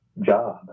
job